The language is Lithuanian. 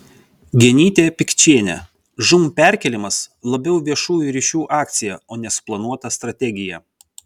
genytė pikčienė žūm perkėlimas labiau viešųjų ryšių akcija o ne suplanuota strategija